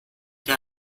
der